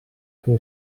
que